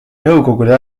nõukogude